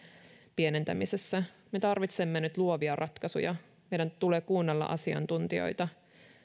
pienentämisessä me tarvitsemme nyt luovia ratkaisuja meidän tulee kuunnella asiantuntijoita